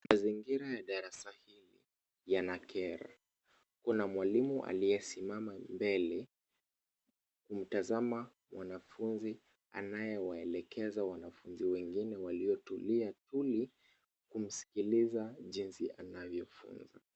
Mazingira ya darasa hili yanakera. Kuna mwalimu aliyesimama mbele kumtazama mwanafunzi anayewaelekeza wanafunzi wengine waliotulia tuli kumsikiliza jinsi anavyofunza.